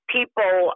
people